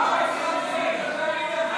לא להפריע.